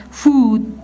food